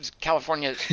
california